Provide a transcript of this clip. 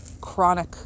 chronic